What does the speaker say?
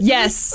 Yes